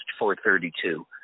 432